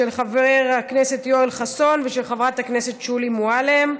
של חבר הכנסת יואל חסון ושל חברת הכנסת שולי מועלם.